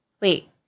wait